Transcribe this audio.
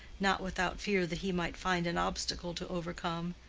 not without fear that he might find an obstacle to overcome.